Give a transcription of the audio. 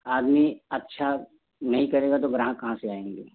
आदमी अच्छा नहीं करेगा तो ग्राहक कहाँ से आएँगे